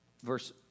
verse